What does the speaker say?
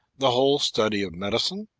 the whole study of medicine,